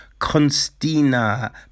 Constina